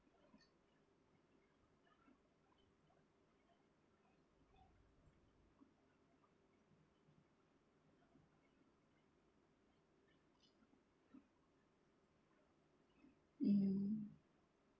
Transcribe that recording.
mm